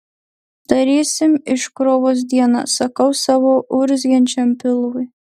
darysim iškrovos dieną sakau savo urzgiančiam pilvui